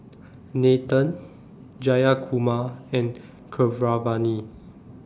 Nathan Jayakumar and Keeravani